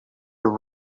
run